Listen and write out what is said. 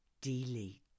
Delete